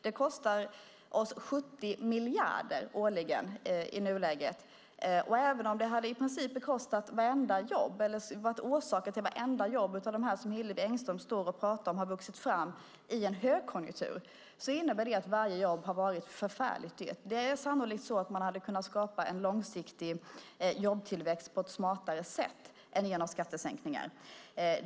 Det kostar oss 70 miljarder årligen i nuläget, och även om det hade bekostat eller varit orsaken till i princip vartenda jobb av dem som Hillevi Engström står och pratar om har vuxit fram i en högkonjunktur så innebär det att varje jobb har varit förfärligt dyrt. Det är sannolikt så att man hade kunnat skapa en långsiktig jobbtillväxt på ett smartare sätt än genom skattesänkningar.